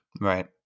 Right